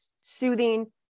soothing